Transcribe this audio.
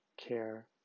care